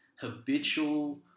habitual